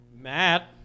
Matt